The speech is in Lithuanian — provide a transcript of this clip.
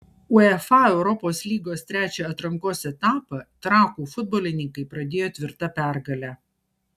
uefa europos lygos trečią atrankos etapą trakų futbolininkai pradėjo tvirta pergale